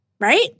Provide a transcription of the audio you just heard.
right